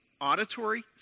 auditory